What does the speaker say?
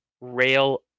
rail